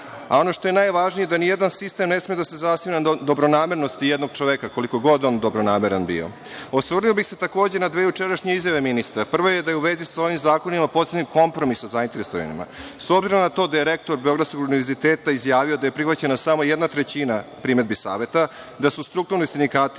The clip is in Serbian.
Ono što je najvažnije je da nijedan sistem ne sme da se zasniva na dobronamernosti jednog čoveka, koliko god on dobronameran bio. Osvrnuo bih se takođe na dve jučerašnje izjave ministra. Prva je da je u vezi sa ovim zakonima postignut kompromis sa zainteresovanima. S obzirom na to da je rektor Beogradskog univerziteta izjavio da je prihvaćena samo jedna trećina primedbi Saveta, da su strukovni sindikati